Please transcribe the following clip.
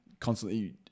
Constantly